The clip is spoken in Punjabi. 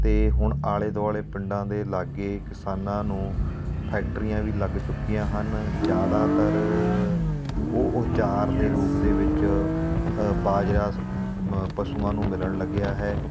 ਅਤੇ ਹੁਣ ਆਲੇ ਦੁਆਲੇ ਪਿੰਡਾਂ ਦੇ ਲਾਗੇ ਕਿਸਾਨਾਂ ਨੂੰ ਫੈਕਟਰੀਆਂ ਵੀ ਲੱਗ ਚੁੱਕੀਆਂ ਹਨ ਜ਼ਿਆਦਾਤਰ ਉਹ ਆਚਾਰ ਦੇ ਰੂਪ ਦੇ ਵਿੱਚ ਬਾਜਰਾ ਮ ਪਸ਼ੂਆਂ ਨੂੰ ਮਿਲਣ ਲੱਗਿਆ ਹੈ